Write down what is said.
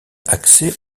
accès